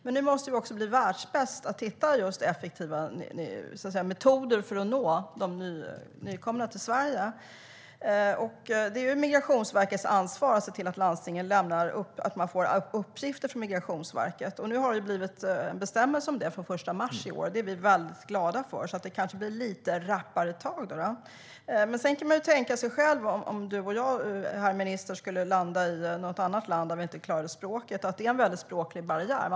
Men nu måste vi också bli världsbäst på att hitta just effektiva metoder för att nå nyanlända i Sverige. Det är Migrationsverkets ansvar att se till att landstingen får uppgifter från Migrationsverket. Det har blivit bestämmelser om det från den 1 mars i år. Det är vi väldigt glada för. Då kanske det blir lite rappare tag. Men man kan tänka på hur det skulle vara om du och jag, herr minister, skulle landa i något annat land där vi inte kan språket. Det är en väldig språklig barriär.